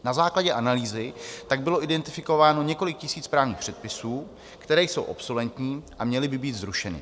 Na základě analýzy tak bylo identifikováno několik tisíc právních předpisů, které jsou obsoletní a měly by být zrušeny.